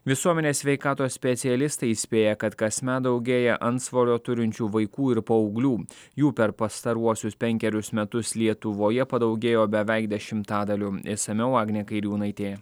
visuomenės sveikatos specialistai įspėja kad kasmet daugėja antsvorio turinčių vaikų ir paauglių jų per pastaruosius penkerius metus lietuvoje padaugėjo beveik dešimtadaliu išsamiau agnė kairiūnaitė